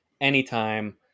anytime